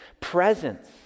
Presence